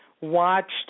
watched